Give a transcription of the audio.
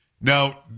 Now